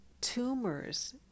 Tumors